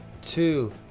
two